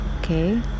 Okay